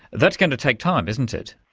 that's going to take time, isn't it.